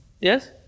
Yes